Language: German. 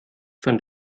fand